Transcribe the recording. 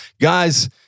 Guys